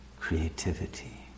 creativity